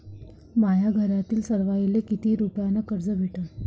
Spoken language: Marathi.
माह्या घरातील सर्वाले किती रुप्यान कर्ज भेटन?